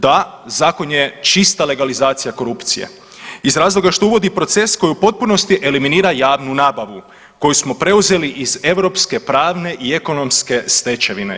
Da, zakon je čista legaliz6acije korupcije iz razloga što uvodi proces koji u potpunosti eliminira javnu nabavu koju smo preuzeli iz europske pravne i ekonomske stečevine.